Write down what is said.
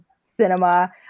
cinema